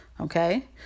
Okay